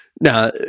Now